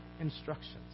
instructions